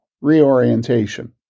reorientation